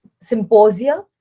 symposia